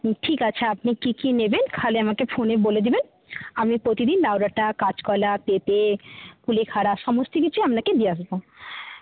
ঠিক আছে আপনি কী কী নেবেন খালি আমাকে ফোনে বলে দেবেন আমি প্রতিদিন লাউডাঁটা কাঁচকলা পেঁপে কুলেখাড়া সমস্ত কিছু আপনাকে দিয়ে আসবো